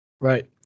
Right